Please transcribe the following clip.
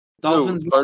Dolphins